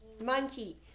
Monkey